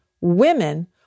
women